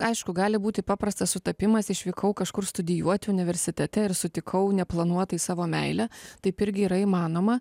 aišku gali būti paprastas sutapimas išvykau kažkur studijuoti universitete ir sutikau neplanuotai savo meilę taip irgi yra įmanoma